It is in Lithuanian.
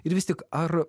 ir vis tik ar